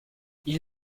ils